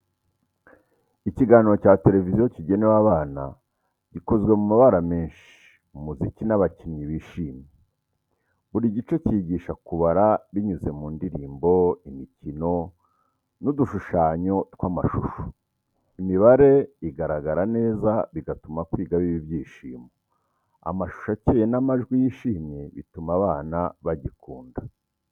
Ikiganiro cya televiziyo kigenewe abana gikozwe mu mabara menshi, umuziki, n’abakinnyi bishimye. Buri gice cyigisha kubara binyuze mu ndirimbo, imikino, n’udushushanyo tw’amashusho. Imibare igaragara neza, bigatuma kwiga biba ibyishimo. Amashusho akeye n’amajwi yishimye bituma abana bagikunda.